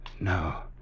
No